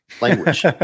language